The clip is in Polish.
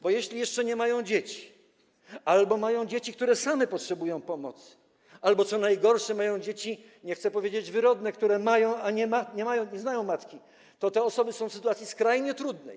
Bo jeśli jeszcze nie mają dzieci albo mają dzieci, które same potrzebują pomocy, albo co najgorsze mają dzieci, nie chce powiedzieć, wyrodne, które mają matkę, a nie znają matki, to te osoby są w sytuacji skrajnie trudnej.